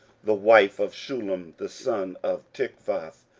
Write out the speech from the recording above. the wife of shallum the son of tikvath,